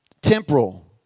Temporal